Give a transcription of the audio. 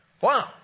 Wow